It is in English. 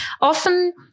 Often